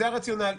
הרציונל.